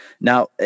Now